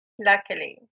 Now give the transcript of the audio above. Luckily